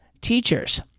teachers